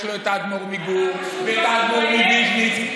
יש לו את האדמו"ר מגור ואת האדמו"ר מוויז'ניץ.